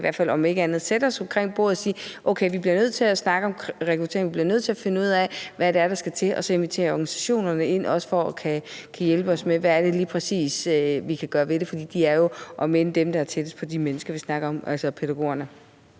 i hvert fald om ikke andet at sætte os omkring bordet og siger: Okay, vi bliver nødt til at snakke om rekruttering, vi bliver nødt til at finde ud af, hvad det er, der skal til, og så invitere organisationerne ind, så de også kan hjælpe os med at se, hvad det lige præcis er, vi kan gøre ved det, for de mennesker, vi snakker om, pædagogerne,